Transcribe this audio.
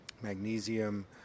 magnesium